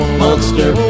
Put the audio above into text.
monster